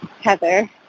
Heather